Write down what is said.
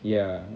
ya